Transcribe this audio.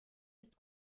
ist